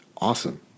awesome